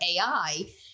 AI